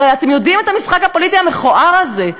הרי אתם יודעים את המשחק הפוליטי המכוער הזה.